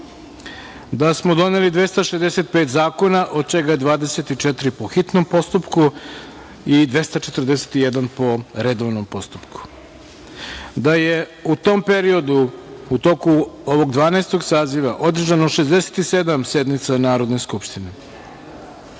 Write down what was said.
da smo doneli 265 zakona, od čega je 24 po hitnom postupku i 241 po redovnom postupku, da je u tom periodu u toku ovog Dvanaestog saziva održano 67 sednica Narodne skupštine. Takođe,